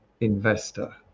investor